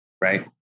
right